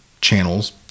channels